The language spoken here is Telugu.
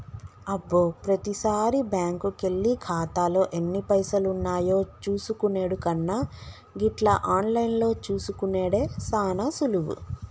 అబ్బో ప్రతిసారి బ్యాంకుకెళ్లి ఖాతాలో ఎన్ని పైసలున్నాయో చూసుకునెడు కన్నా గిట్ల ఆన్లైన్లో చూసుకునెడు సాన సులువు